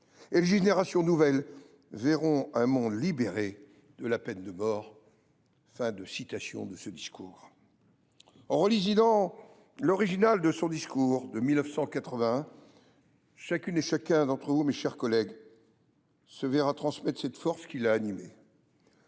Et les générations nouvelles verront un monde libéré de la peine de mort. » En relisant l’original de son discours de 1981, chacune, chacun d’entre vous, mes chers collègues, se verra transmettre cette force qui l’a animé.